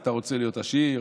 אתה רוצה להיות עשיר?